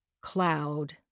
cloud